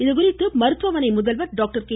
இதுகுறித்து மருத்துவமனை முதல்வர் டாக்டர் கே